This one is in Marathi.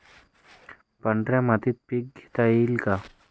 पांढऱ्या मातीत पीक घेता येईल का?